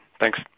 thanks